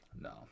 No